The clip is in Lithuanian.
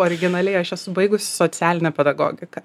originaliai aš esu baigusi socialinę pedagogiką